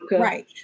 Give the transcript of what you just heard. right